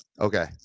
Okay